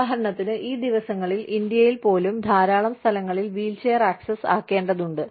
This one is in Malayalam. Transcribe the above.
ഉദാഹരണത്തിന് ഈ ദിവസങ്ങളിൽ ഇന്ത്യയിൽ പോലും ധാരാളം സ്ഥലങ്ങളിൽ വീൽചെയർ ആക്സസ് ആക്കേണ്ടതുണ്ട്